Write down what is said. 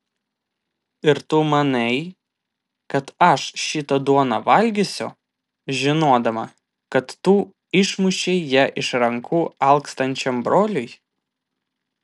ir tu manai kad aš šitą duoną valgysiu žinodama kad tu išmušei ją iš rankų alkstančiam broliui